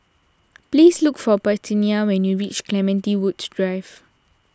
please look for Parthenia when you reach Clementi Woods Drive